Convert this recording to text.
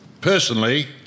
personally